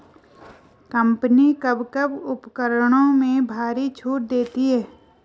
Company कब कब उपकरणों में भारी छूट देती हैं?